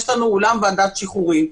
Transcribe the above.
יש לנו אולם ועדת שחרורים.